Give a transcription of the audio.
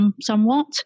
somewhat